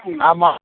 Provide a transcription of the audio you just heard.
આમાં